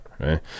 right